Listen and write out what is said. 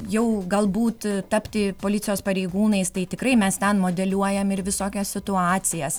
jau galbūt tapti policijos pareigūnais tai tikrai mes ten modeliuojam ir visokias situacijas